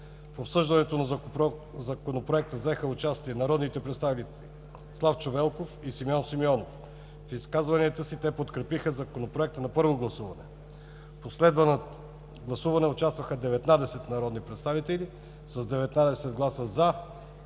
В обсъждането на Законопроекта взеха участие народните представители Славчо Велков и Симеон Симеонов. В изказванията си те подкрепиха Законопроекта на първо гласуване. В последвалото гласуване участваха 19 народни представители. С 19 гласа